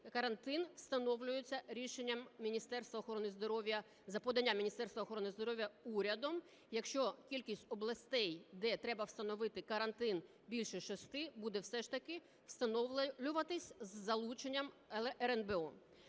карантин встановлюється рішенням Міністерства охорони здоров'я, за поданням Міністерства охорони здоров'я урядом. Якщо кількість областей, де треба встановити карантин, більше шести, буде все ж таки встановлюватись з залученням РНБО.